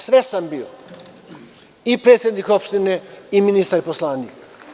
Sve sam bio, i predsednik opštine, i ministar, i poslanik.